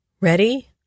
Ready